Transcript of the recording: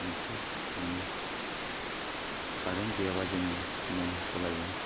ओंख्रि सङो कारेन्ट गैयाब्ला जोङो म'म सलायो